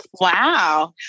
Wow